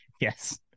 yes